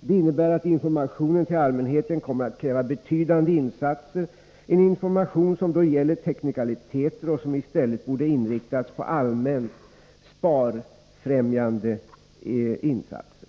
Det innebär att informationen till allmänheten kommer att kräva betydande insatser, en information som gäller teknikaliteter och som i stället borde inriktas på allmänt sparfrämjande insatser.